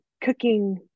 cooking